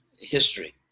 history